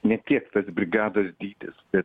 ne tiek tas brigados dydis bet